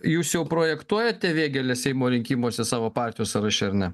jūs jau projektuojate vėgėlę seimo rinkimuose savo partijos sąraše ar ne